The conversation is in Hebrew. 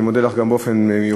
אני גם מודה לך באופן מיוחד,